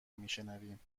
میشنویم